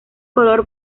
color